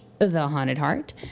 thehauntedheart